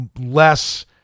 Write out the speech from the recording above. less